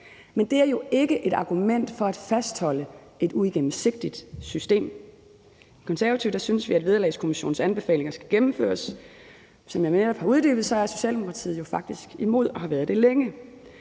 Men det er jo ikke et argument for at fastholde et uigennemsigtigt system. I Konservative synes vi, at Vederlagskommissionens anbefalinger skal gennemføres. Som jeg netop har uddybet, er Socialdemokratiet jo faktisk imod det og har været det længe.